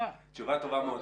תשובה טובה מאוד.